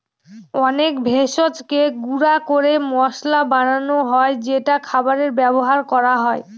অনেক ভেষজকে গুঁড়া করে মসলা বানানো হয় যেটা খাবারে ব্যবহার করা হয়